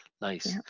nice